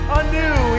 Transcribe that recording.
anew